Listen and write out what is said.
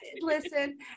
Listen